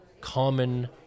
common